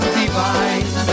divine